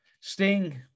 Sting